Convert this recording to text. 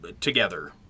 together